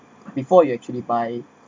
before you actually buy